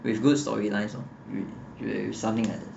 with good storylines or with with something like that